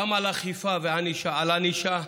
גם על האכיפה וגם על הענישה,